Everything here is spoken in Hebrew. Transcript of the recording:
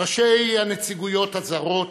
ראשי הנציגויות הזרות,